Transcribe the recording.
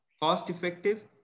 cost-effective